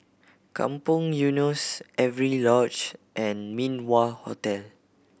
Kampong Eunos Avery Lodge and Min Wah Hotel